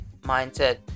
mindset